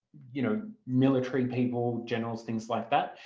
you know military people, generals, things like that.